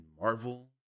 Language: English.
Marvel